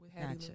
Gotcha